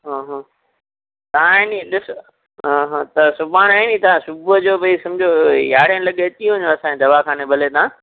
हा हा तव्हां ई नी ॾिस हा हा त सुभाणे नी सुबुह जो भई समुझो यारहें लॻे अची वञो असांजे दवाख़ाने भले तव्हां